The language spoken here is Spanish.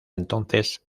entonces